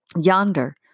Yonder